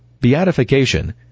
Beatification